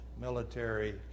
military